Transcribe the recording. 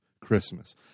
christmas